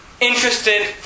interested